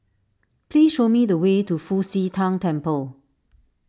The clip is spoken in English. please show me the way to Fu Xi Tang Temple